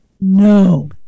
No